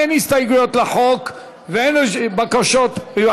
אין הסתייגויות לחוק ואין בקשות דיבור.